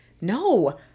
no